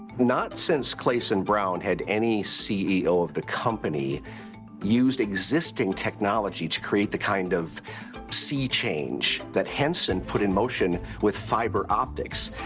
not since cleyson brown had any ceo of the company used existing technology to create the kind of sea change that henson put in motion with fiber optics.